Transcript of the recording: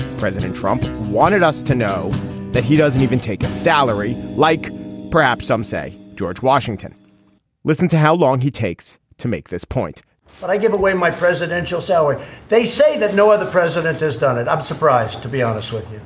president trump wanted us to know that he doesn't even take a salary like perhaps some say george washington listen to how long he takes to make this point when i give away my presidential salary. so they say that no other president has done it. i'm surprised to be honest with you.